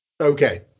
Okay